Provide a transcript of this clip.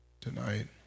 tonight